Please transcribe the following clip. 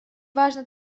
важно